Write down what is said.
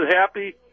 happy